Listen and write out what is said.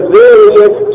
various